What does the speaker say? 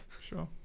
Sure